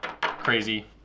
crazy